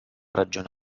ragione